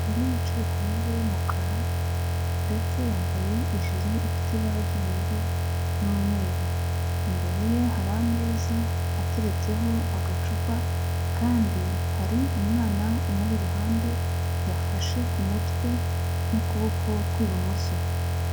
Umugore wicaye ku ntebe y'umukara ndetse yambaye ijire ifite ibara ry'ubururu n'umweru, imbere ye hari ameza ateretseho agacupa kandi hari umwana umuri iruhande yafashe ku mutwe n'ukuboko kw'ibumoso.